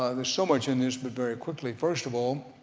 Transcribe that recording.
ah there's so much in this but very quickly. first of all,